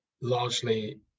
largely